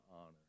honor